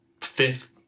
fifth